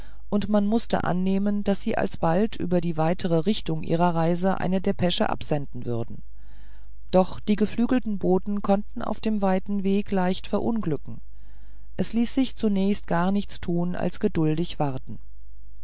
und man mußte annehmen daß sie alsbald über die weitere richtung ihrer reise eine depesche absenden würde doch die geflügelten boten konnten auf dem weiten wege leicht verunglücken es ließ sich zunächst gar nichts tun als geduldig warten